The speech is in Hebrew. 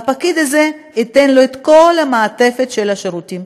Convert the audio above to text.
והפקיד הזה ייתן את כל המעטפת של השירותים.